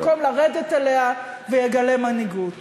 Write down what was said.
במקום לרדת אליה, ויגלה מנהיגות.